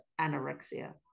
anorexia